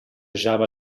java